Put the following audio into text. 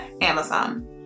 Amazon